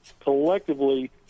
Collectively